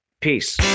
Peace